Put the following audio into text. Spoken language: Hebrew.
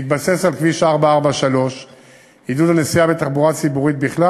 בהתבסס על כביש 443. עידוד הנסיעה בתחבורה הציבורית בכלל